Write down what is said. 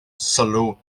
sylw